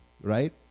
right